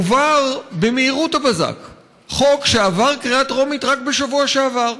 הועבר במהירות הבזק חוק שעבר בקריאה טרומית רק בשבוע שעבר,